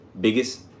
biggest